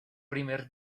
primer